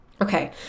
Okay